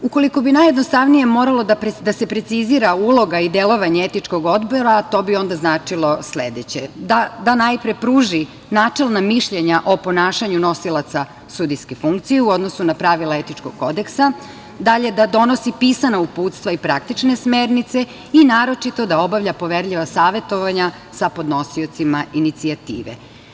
Ukoliko bi najjednostavnije moralo da se precizira uloga i delovanje Etičkog odbora to bi onda značilo sledeće – da najpre pruži načelna mišljenje o ponašanju nosilaca sudijske funkcije u odnosu na pravila Etičkog kodeksa, da donosi pisana uputstva i praktične smernice i naročito da obavlja poverljiva savetovanja sa podnosiocima inicijative.